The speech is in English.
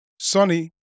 Sonny